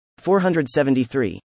473